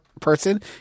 person